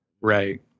Right